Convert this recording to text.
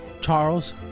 Charles